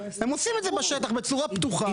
הם עושים את זה בשטח בצורה פתוחה,